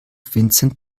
vincent